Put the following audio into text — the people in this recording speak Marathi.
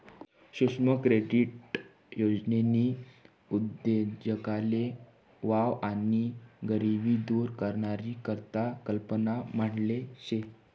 सुक्ष्म क्रेडीट योजननी उद्देगधंदाले वाव आणि गरिबी दूर करानी करता कल्पना मांडेल शे